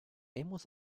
hemos